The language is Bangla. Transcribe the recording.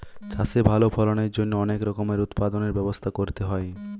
চাষে ভালো ফলনের জন্য অনেক রকমের উৎপাদনের ব্যবস্থা করতে হইন